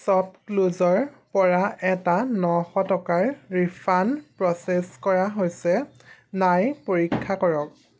শ্ব'পক্লুজৰপৰা এটা নশ টকাৰ ৰিফাণ্ড প্ৰ'চেছ কৰা হৈছে নাই পৰীক্ষা কৰক